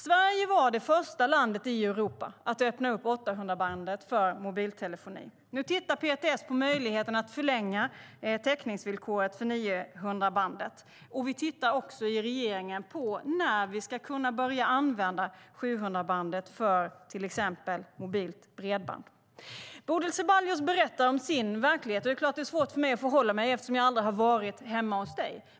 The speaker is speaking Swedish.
Sverige var första landet i Europa att öppna upp 800-bandet för mobiltelefoni. Nu tittar PTS på möjligheten att förlänga täckningsvillkoret för 900-bandet. Vi i regeringen tittar också på när vi ska kunna börja använda 700-bandet för till exempel mobilt bredband. Bodil Ceballos, du berättar om din verklighet. Det är klart att det är svårt för mig att förhålla mig till det eftersom jag aldrig har varit hemma hos dig.